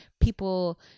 people